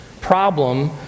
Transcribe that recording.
problem